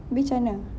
habis macam mana